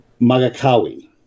Magakawi